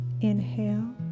Inhale